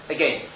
Again